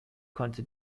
konnte